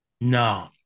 no